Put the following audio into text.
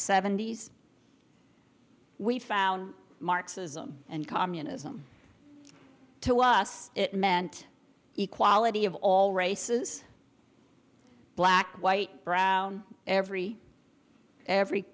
seventy's we found marxism and communism to us it meant equality of all races black white brown every every